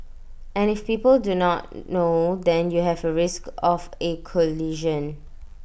and if people do not know then you have A risk of A collision